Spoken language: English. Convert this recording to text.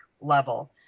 level